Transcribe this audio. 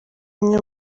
imwe